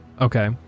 okay